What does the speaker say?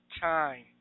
time